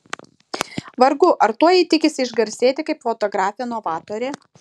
vargu ar tuo ji tikisi išgarsėti kaip fotografė novatorė